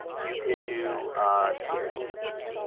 you could do triangles.